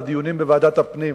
לדיונים בוועדת הפנים.